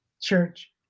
church